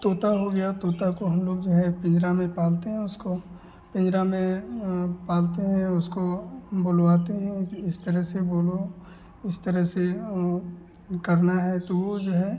तोता हो गया तोता को हमलोग जो है पिन्जरा में पालते हैं उसको पिन्जरा में पालते हैं उसको बोलवाते हैं कि इस तरह से बोलो इस तरह से यह करना है तो वह जो है